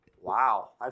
Wow